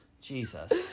Jesus